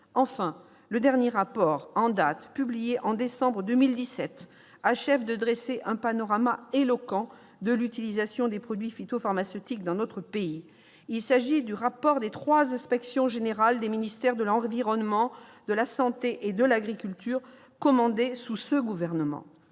Enfin, le dernier rapport en date sur ces questions a été publié en décembre 2017. Il achève de dresser un panorama éloquent de l'utilisation des produits phytopharmaceutiques dans notre pays. Il s'agit du rapport des trois inspections générales des ministères de l'environnement, de la santé et de l'agriculture commandé par ce gouvernement.